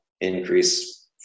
increase